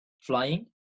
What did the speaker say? flying